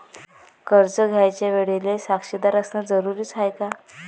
कर्ज घ्यायच्या वेळेले साक्षीदार असनं जरुरीच हाय का?